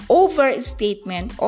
overstatement